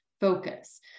focus